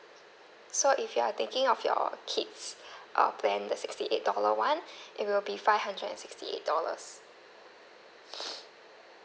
so if you are thinking of your kids' uh plan the sixty eight dollar one it will be five hundred and sixty eight dollars